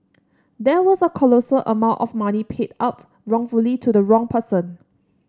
there was a colossal amount of money paid out wrongfully to the wrong person